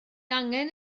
angen